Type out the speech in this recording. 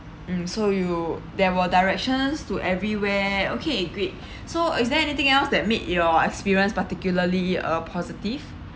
mm so you there were directions to everywhere okay great so is there anything else that make your experience particularly a positive